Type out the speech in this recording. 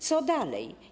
Co dalej?